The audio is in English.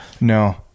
No